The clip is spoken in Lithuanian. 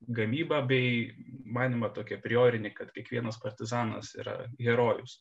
gamybą bei manymą tokį apriorinį kad kiekvienas partizanas yra herojus